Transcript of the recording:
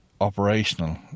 operational